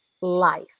life